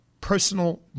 personal